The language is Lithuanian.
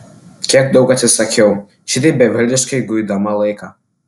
kiek daug atsisakiau šitaip beviltiškai guidama laiką